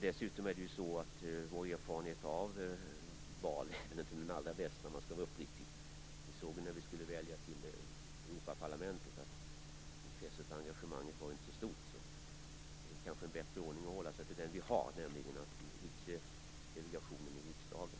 Dessutom är vår erfarenhet av val inte den allra bästa, om jag skall vara uppriktig. Vid valet till Europaparlamentet var ju inte intresset och engagemanget så stort. Det är kanske bättre att hålla sig till den ordning som vi har, nämligen att delegationen utses av riksdagen.